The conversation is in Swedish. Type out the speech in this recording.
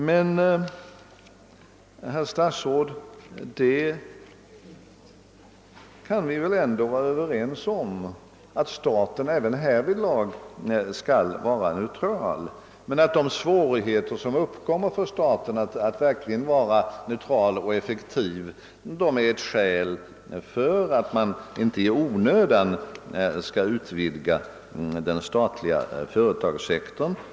Men, herr statsråd, vi kan väl ändå vara ense om att staten även i det fallet skall vara neutral, men att svårigheter som uppkommer för staten att vara verkligt neutral och utöva effektiv kontroll är ett motiv för att inte i onödan utvidga den statliga företagssektorn.